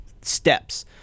steps